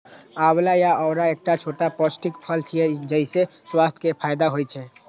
आंवला या औरा एकटा छोट पौष्टिक फल छियै, जइसे स्वास्थ्य के फायदा होइ छै